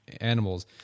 animals